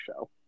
show